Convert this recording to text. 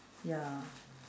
ya